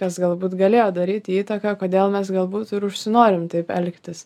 kas galbūt galėjo daryti įtaką kodėl mes galbūt ir užsinorim taip elgtis